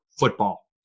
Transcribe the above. football